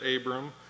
Abram